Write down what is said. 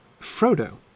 Frodo